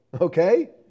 Okay